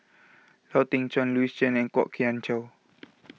Lau Teng Chuan Louis Chen and Kwok Kian Chow